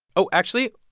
oh, actually,